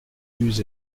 eus